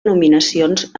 nominacions